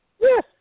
Yes